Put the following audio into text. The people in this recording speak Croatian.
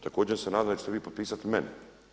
Također se nadam da ćete vi potpisat meni.